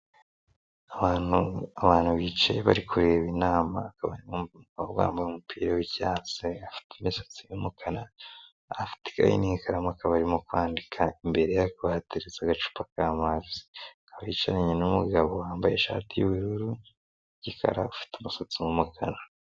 Abantu bicaye bari kureba inama bakaba barimo umukobwa wambaye umupira wi'icyatsi, afite imisatsi yumukara, afite ikaye n'ikaramuka akaba arimo kwandika, imbere hateretse agacupa k'amazi, akaba yicaranye n'umugabo wambaye ishati y'ubururu n'umukara ufite umusatsi w'umukara.